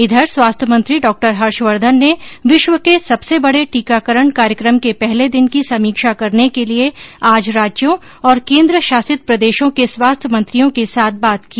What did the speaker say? इधर स्वास्थ्य मंत्री डॉक्टर हर्षवर्धन ने विश्व के सबसे बड़े टीकाकरण कार्यक्रम के पहले दिन की समीक्षा करने के लिए आज राज्यों और केंद्र शासित प्रदेशों के स्वास्थ्य मंत्रियों के साथ बात की